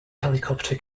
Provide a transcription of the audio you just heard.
helicopter